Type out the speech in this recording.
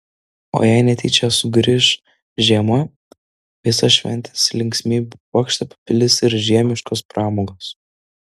o jei netyčia sugrįš žiema visą šventės linksmybių puokštę papildys ir žiemiškos pramogos